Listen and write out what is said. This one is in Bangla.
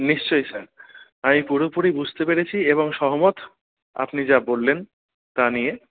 নিশ্চই স্যার আমি পুরোপুরি বুঝতে পেরেছি এবং সহমত আপনি যা বললেন তা নিয়ে